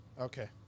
okay